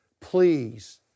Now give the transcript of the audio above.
please